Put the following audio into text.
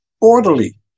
orderly